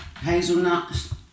Hazelnuts